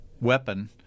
weapon